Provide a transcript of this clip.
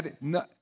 no